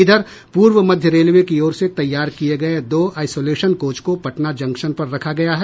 इधर पूर्व मध्य रेलवे की ओर से तैयार किये गये दो आइसोलेशन कोच को पटना जंक्शन पर रखा गया है